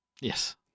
Yes